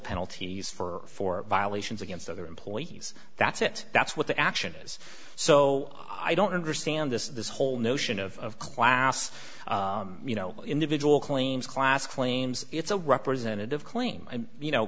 penalties for for violations against other employees that's it that's what the action is so i don't understand this whole notion of class you know individual claims class claims it's a representative claim you know